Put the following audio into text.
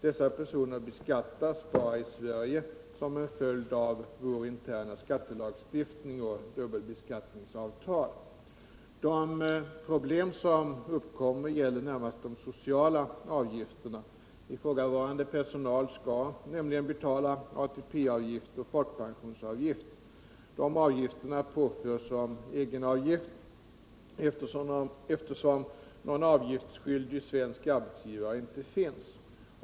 Dessa personer beskattas bara i Sverige som en följd av vår interna skattelagstiftning och dubbelbeskattningsavtal. De problem som uppkommer gäller närmast de sociala avgifterna. Ifrågavarande personer skall nämligen betala ATP-avgift och folkpensionsavgift. Dessa avgifter påförs såsom egenavgift, eftersom någon avgiftsskyldig svensk arbetsgivare inte finns.